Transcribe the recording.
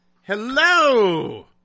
Hello